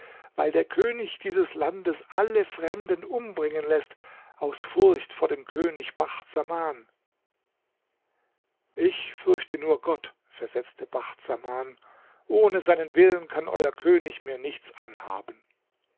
weil der könig dieses landes alle fremden umbringen läßt aus furcht vor dem könig bacht saman ich fürchte nur gott versetzte bacht saman ohne seinen willen kann euer könig mir nichts anhaben